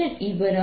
H Jfree0